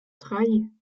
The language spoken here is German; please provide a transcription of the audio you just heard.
drei